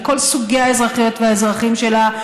מכל סוגי האזרחיות והאזרחים שלה,